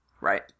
Right